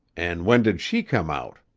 and when did she come out?